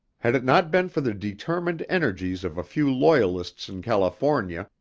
had it not been for the determined energies of a few loyalists in california,